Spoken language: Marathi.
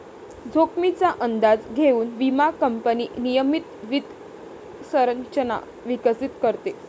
जोखमीचा अंदाज घेऊन विमा कंपनी नियमित वित्त संरचना विकसित करते